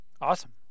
Awesome